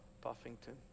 Buffington